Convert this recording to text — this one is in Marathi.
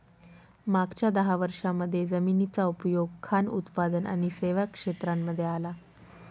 मागच्या दहा वर्षांमध्ये जमिनीचा उपयोग खान उत्पादक आणि सेवा क्षेत्रांमध्ये आला